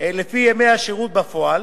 לפי ימי השירות בפועל,